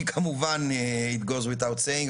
כי כמובן it goes without saying,